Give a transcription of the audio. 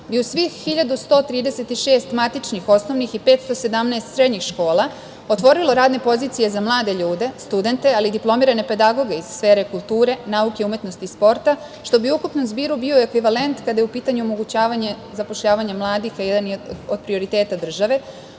i u svih 1.136 matičnih osnovnih i 517 srednjih škola otvorilo radne pozicije za mlade ljude, studente, ali i diplomirane pedagoge iz sfere kulture, nauke, umetnosti i sporta, što bi u ukupnom zbiru bio ekvivalent kada je u pitanju omogućavanje zapošljavanja mladih, a jedan je od prioretata države,